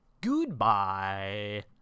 Goodbye